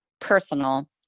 personal